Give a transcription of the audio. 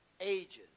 ages